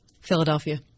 Philadelphia